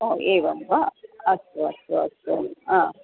ओ एवं वा अस्तु अस्तु अस्तु हा